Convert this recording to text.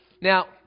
Now